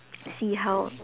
see how